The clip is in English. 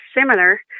similar